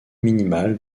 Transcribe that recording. minimal